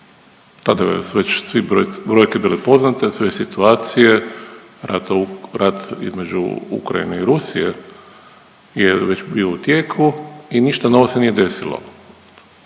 Tada već svi brojke bile poznate, sve situacije, rat između Ukrajine i Rusije je već bio u tijeku i ništa novo se nije desilo.